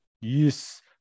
Yes